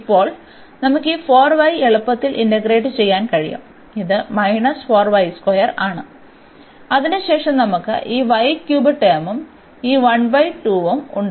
ഇപ്പോൾ നമുക്ക് ഈ 4y എളുപ്പത്തിൽ ഇന്റഗ്രേറ്റ് ചെയ്യാൻ കഴിയും ഇത് ആണ് അതിനുശേഷം നമുക്ക് ഈ ടേമും ഈ ഉം ഉണ്ട്